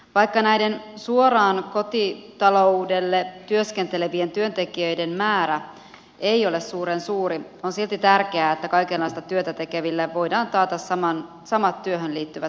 vaikka näiden suoraan kotitaloudelle työskentelevien työntekijöiden määrä ei ole suuren suuri on silti tärkeää että kaikenlaista työtä tekeville voidaan taata samat työhön liittyvät oikeudet